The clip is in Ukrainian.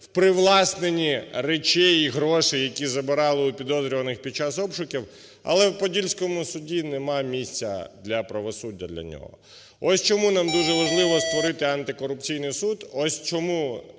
в привласненні речей і грошей, які забирали у підозрюваних під час обшуків. Але в Подільському суді нема місця для правосуддя для нього. Ось чому нам дуже важливо створити антикорупційний суд,